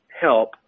help